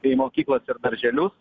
į mokyklas ir darželius